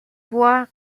voir